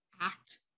act